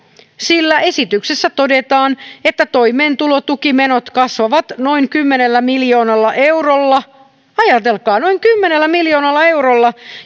sillä esityksessä todetaan että toimeentulotukimenot kasvavat noin kymmenellä miljoonalla eurolla ajatelkaa noin kymmenellä miljoonalla eurolla